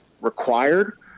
required